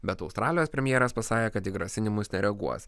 bet australijos premjeras pasakė kad į grasinimus nereaguos